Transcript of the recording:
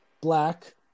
Black